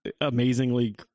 amazingly